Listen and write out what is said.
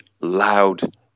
loud